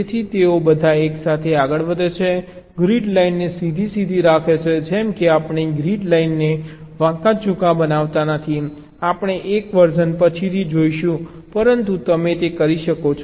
તેથી તેઓ બધા એકસાથે આગળ વધે છે ગ્રીડ લાઇનને સીધી સીધી રાખે છે જેમ કે આપણે ગ્રીડ લાઇનને વાંકાચૂકા બનાવતા નથી આપણે એક વર્ઝન પછીથી જોઈશું પરંતુ તમે તે કરી શકો છો